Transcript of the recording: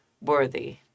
worthy